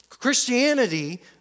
Christianity